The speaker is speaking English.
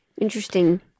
Interesting